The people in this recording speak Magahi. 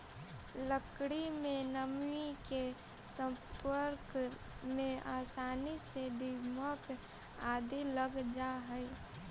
लकड़ी में नमी के सम्पर्क में आसानी से दीमक आदि लग जा हइ